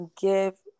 give